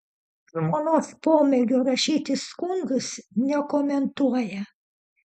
žmonos pomėgio rašyti skundus nekomentuoja